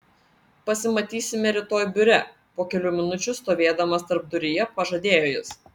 pasimatysime rytoj biure po kelių minučių stovėdamas tarpduryje pažadėjo jis